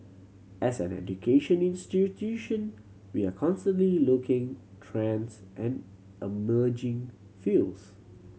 as an education institution we are constantly looking trends and emerging fields